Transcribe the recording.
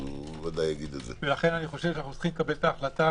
לכן אני חושב שאנו צריכים לקבל את ההחלטה